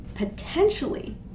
Potentially